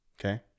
Okay